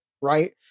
right